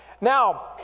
Now